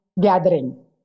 gathering